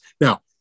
Now